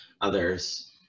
others